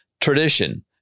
tradition